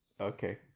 Okay